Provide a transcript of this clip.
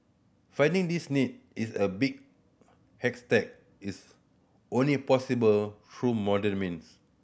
finding this needle is a big haystack is only possible through modern means